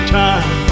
time